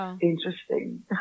interesting